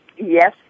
Yes